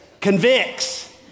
Convicts